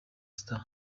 star